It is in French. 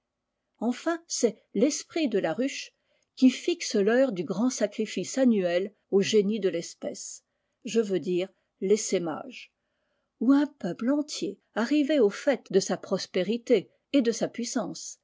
enfin c'est l'esprit de la ruche qui fixe rheure du grand sacrifice annuel au génie de i'espèce je veux dire l'essaimage où un peuple entier arrivé au faîte de sa prospérité et de sa puissance